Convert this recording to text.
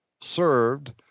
served—